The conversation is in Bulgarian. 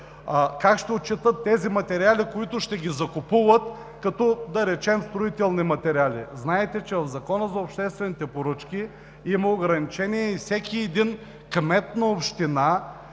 Как ще отчетат тези материали, които ще закупуват като строителни материали? Знаете, че в Закона за обществените поръчки има ограничения. Всеки кмет на община